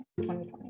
2020